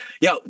Yo